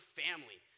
family